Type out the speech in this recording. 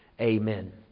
Amen